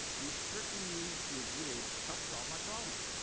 restricting you to a grid helped solve my problem.